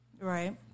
right